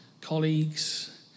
colleagues